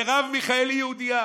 מרב מיכאלי יהודייה,